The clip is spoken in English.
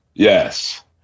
Yes